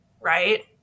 Right